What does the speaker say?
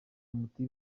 umuti